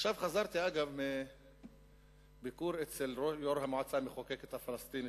חזרתי עכשיו מביקור אצל יושב-ראש המועצה המחוקקת הפלסטינית,